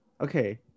okay